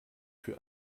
für